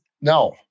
No